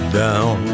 down